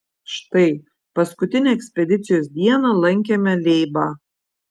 štai paskutinę ekspedicijos dieną lankėme leibą